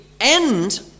end